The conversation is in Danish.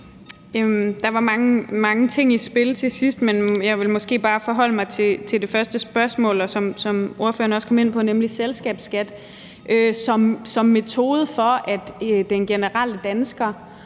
Der var mange ting i spil til sidst, men jeg vil måske bare forholde mig til det første spørgsmål, som spørgeren også kom ind på, nemlig selskabsskat som metode til, at danskerne generelt